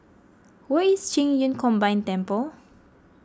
where is Qing Yun Combined Temple